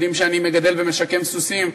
יודעים שאני מגדל ומשקם סוסים,